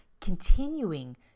continuing